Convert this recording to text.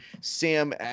Sam